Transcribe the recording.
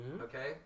okay